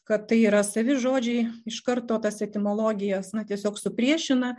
kad tai yra savi žodžiai iš karto tas etimologijas na tiesiog supriešina